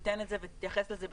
תיתן את זה ותתייחס לזה ברצינות.